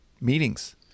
meetings